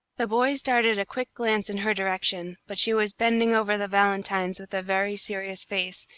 the boys darted a quick glance in her direction, but she was bending over the valentines with a very serious face,